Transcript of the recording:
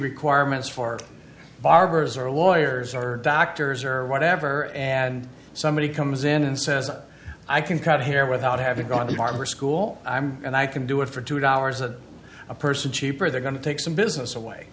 requirements for barbers or lawyers or doctors or whatever and somebody comes in and says i can cut hair without having gone the barber school and i can do it for two dollars an a person cheaper they're going to take some business away